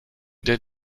der